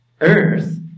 earth